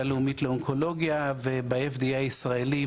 הלאומית לאונקולוגיה וב-FDA הישראלי,